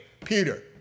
Peter